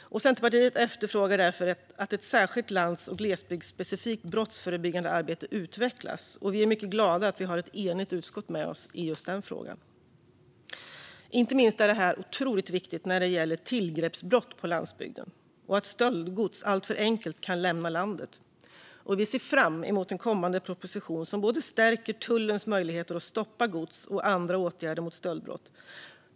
Centerpartiet efterfrågar därför att ett särskilt lands och glesbygdsspecifikt brottsförebyggande arbete utvecklas. Och vi är mycket glada över att vi har ett enigt utskott med oss i just den frågan. Inte minst är detta otroligt viktigt när det gäller tillgreppsbrott på landsbygden och att stöldgods alltför enkelt kan lämna landet. Vi ser fram emot en kommande proposition som stärker tullens möjligheter att stoppa gods och andra åtgärder mot stöldbrott.